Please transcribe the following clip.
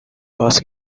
bass